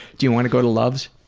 do you want to go to loves?